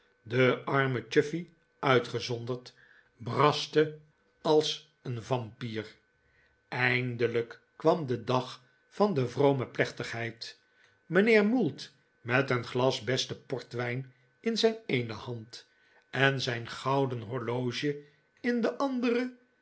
de arme chuffey uitgezonderd braste als een vamp ier eindelijk kwam de dag van de vrome plechtigheid mijnheer mould met een glas besten portwijn in zijn eene hand en zijn gouden horloge in de andere